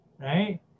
Right